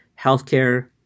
Healthcare